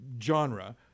genre